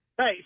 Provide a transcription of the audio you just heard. hey